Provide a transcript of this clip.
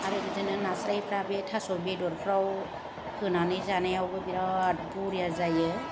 आरो बे नास्राइफ्रा थास' बेदरफ्राव होनानै जानायावबो बिराद बरिया जायो